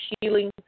healing